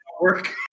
work